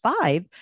five